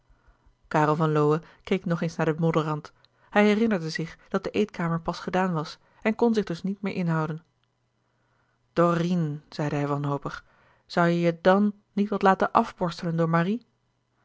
karel van lowe keek nog eens naar den modderrand hij herinnerde zich dat de eetkamer pas gedaan was en kon zich dus niet meer inhouden dorine zeide hij wanhopig zoû je je d a n niet wat laten afborstelen door marie